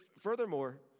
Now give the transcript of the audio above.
furthermore